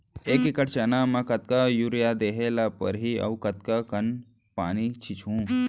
एक एकड़ चना म कतका यूरिया देहे ल परहि अऊ कतका कन पानी छींचहुं?